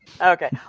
okay